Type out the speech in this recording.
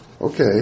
Okay